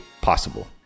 possible